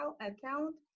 account